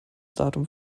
datum